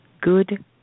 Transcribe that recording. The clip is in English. good